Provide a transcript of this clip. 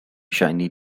shiny